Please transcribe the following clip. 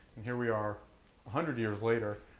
and here we are a hundred years later,